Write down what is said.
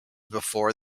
before